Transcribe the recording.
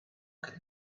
could